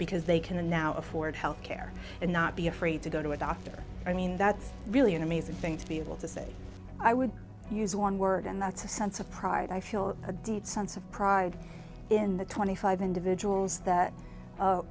because they can now afford health care and not be afraid to go to a doctor i mean that's really an amazing thing to be able to say i would use one word and that's a sense of pride i feel a deep sense of pride in the twenty five individuals that